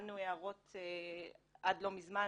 קיבלנו הערות עד לא מזמן,